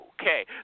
Okay